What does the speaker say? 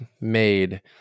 made